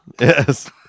Yes